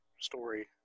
story